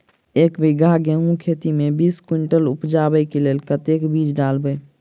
एक बीघा गेंहूँ खेती मे बीस कुनटल उपजाबै केँ लेल कतेक बीज डालबै?